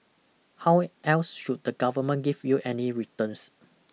how else should the government give you any returns